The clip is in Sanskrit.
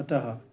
अतः